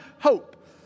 hope